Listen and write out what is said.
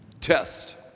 Test